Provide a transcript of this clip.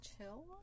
Chill